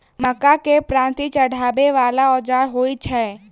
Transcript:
मक्का केँ पांति चढ़ाबा वला केँ औजार होइ छैय?